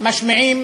משמיעים